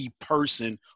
person